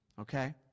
Okay